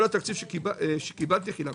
כל התקציב שקיבלתי חילקתי.